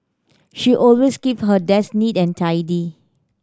she always keep her desk neat and tidy